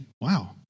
wow